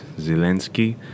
Zelensky